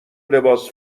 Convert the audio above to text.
لباس